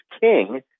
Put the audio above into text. king